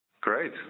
Great